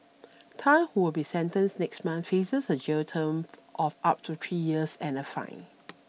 Tan who will be sentenced next month faces a jail term of up to three years and a fine